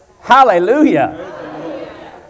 Hallelujah